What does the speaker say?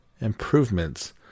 improvements